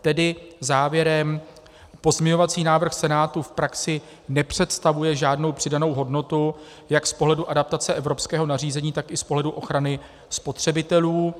Tedy závěrem pozměňovací návrh Senátu v praxi nepředstavuje žádnou přidanou hodnotu jak z pohledu adaptace evropského nařízení, tak i z pohledu ochrany spotřebitelů.